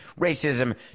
racism